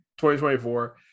2024